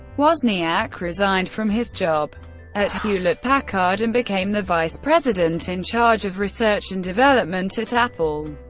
wozniak resigned from his job at hewlett-packard and became the vice president in charge of research and development at apple.